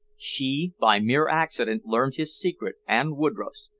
she, by mere accident, learned his secret and woodroffe's,